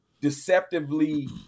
deceptively